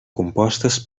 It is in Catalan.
compostes